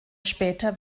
später